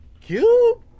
Cube